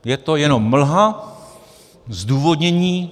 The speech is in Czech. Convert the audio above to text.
Je to jenom mlha, zdůvodnění.